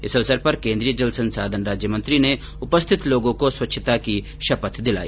इस अवसर पर केन्द्रीय जल संसाधन राज्यमंत्री ने उपस्थित लोगों को स्वच्छता की शपथ दिलाई